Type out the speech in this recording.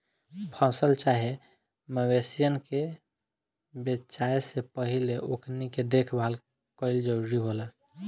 फसल चाहे मवेशियन के बेचाये से पहिले ओकनी के देखभाल कईल जरूरी होला